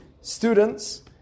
students